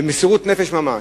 במסירות נפש ממש.